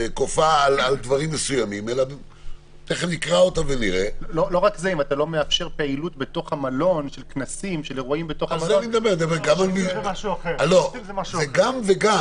אם אתה לא מאפשר אירועים במלון- -- זה גם וגם.